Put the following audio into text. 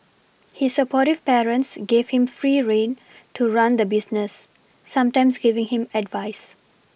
his supportive parents gave him free rein to run the business sometimes giving him advice